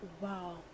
Wow